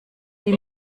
die